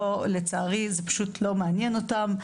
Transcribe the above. לצערי זה פשוט לא מעניין אותם.